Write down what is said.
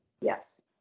Yes